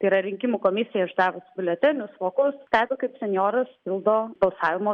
tai yra rinkimų komisija išdavus biuletenius vokus perduokit senjoras pildo balsavimo